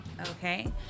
Okay